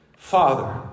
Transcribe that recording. Father